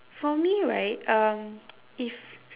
for me right um if